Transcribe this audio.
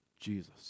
Jesus